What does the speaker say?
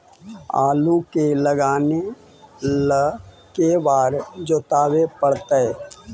आलू के लगाने ल के बारे जोताबे पड़तै?